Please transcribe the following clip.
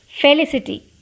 Felicity